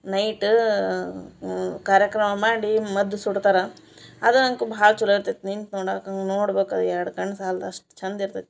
night ಕಾರ್ಯಕ್ರಮ ಮಾಡಿ ಮದ್ದು ಸುಡ್ತಾರೆ ಅದನಂತು ಭಾಳ ಛಲೋ ಇರ್ತೈತೆ ನಿಂತು ನೋಡಾಕೆ ಹಂಗ್ ನೋಡ್ಬೇಕಾರೆ ಎರಡು ಕಣ್ಣು ಸಾಲ್ದು ಅಷ್ಟು ಚೆಂದ ಇರ್ತೈತೆ